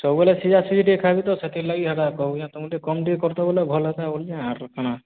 ସବୁବେଲେ ସିଝାସିଝି ଟିକେ ଖାଇବି ତ ସେଥିରଲାଗି ହେଟା କହୁଚେଁ ତମେ ଟିକେ କମ୍ ଟିକେ କର୍ତ ବୋଲେ ଭଲ୍ ହେତା ବୋଲେ ଆଉ କାଣା